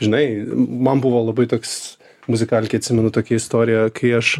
žinai man buvo labai toks muzikalkėj atsimenu tokia istorija kai aš